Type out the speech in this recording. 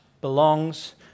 belongs